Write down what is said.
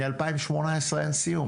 מ-2018 סיום